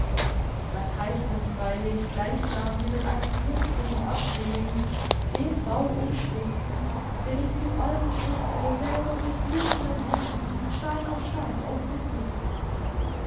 das heißt nun freilich gleichsam wie mit einem künstlichen erdbeben den bau umstürzen den ich zu eurem schutze selber mit blutenden händen stein auf stein aufgeführt habe